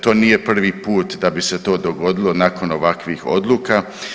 To nije prvi put da bi se to dogodilo nakon ovakvih odluka.